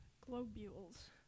globules